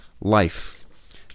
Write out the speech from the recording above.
life